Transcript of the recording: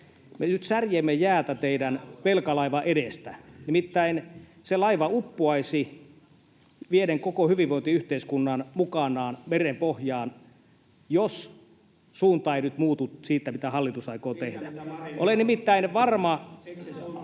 me nyt särjemme jäätä teidän velkalaivanne edestä. Nimittäin se laiva uppoaisi vieden koko hyvinvointiyhteiskunnan mukanaan merenpohjaan, jos suunta ei nyt muutu siitä, mitä hallitus aikoo tehdä. [Ben Zyskowiczin